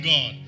God